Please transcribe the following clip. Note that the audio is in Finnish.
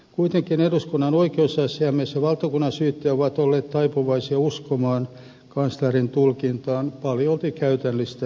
kuitenkin eduskunnan oikeusasiamies ja valtakunnansyyttäjä ovat olleet taipuvaisia uskomaan kanslerin tulkintaan paljolti käytännöllisistä syistä